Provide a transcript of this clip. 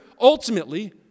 ultimately